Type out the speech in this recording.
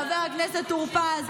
חבר הכנסת טור פז,